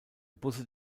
busse